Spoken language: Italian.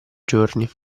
giorni